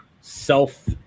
self